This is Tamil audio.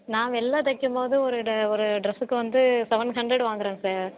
நான் வெளில தைக்கிம் போது ஒரு ட ஒரு ட்ரெஸ்ஸுக்கு வந்து செவன் ஹண்ட்ரட் வாங்குகிறேன் சார்